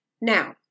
Now